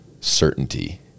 certainty